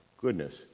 Goodness